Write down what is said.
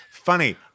funny